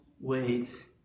wait